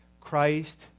Christ